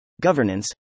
governance